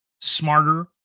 smarter